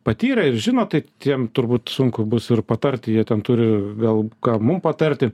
patyrę ir žino tai tiem turbūt sunku bus ir patarti jie ten turi gal ką mum patarti